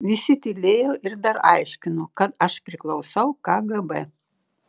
visi tylėjo ir dar aiškino kad aš priklausau kgb